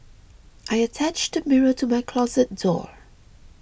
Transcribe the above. I attached a mirror to my closet door